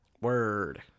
Word